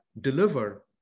deliver